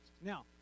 Now